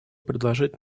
предложить